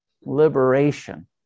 Liberation